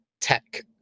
tech